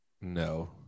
No